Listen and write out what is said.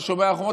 על שומר החומות.